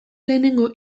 lehenengo